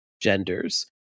genders